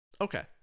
Okay